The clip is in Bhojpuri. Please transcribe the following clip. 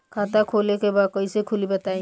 खाता खोले के बा कईसे खुली बताई?